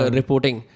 reporting